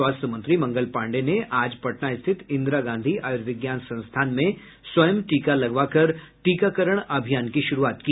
स्वास्थ्य मंत्री मंगल पांडेय ने आज पटना स्थित इंदिरा गांधी आयुर्विज्ञान संस्थान में स्वयं टीका लगवाकर टीकाकरण अभियान की शुरूआत की